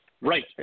Right